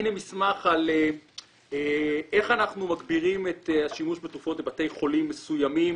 הנה מסמך על איך אנחנו מגבירים את השימוש בתרופות בבתי חולים מסוימים,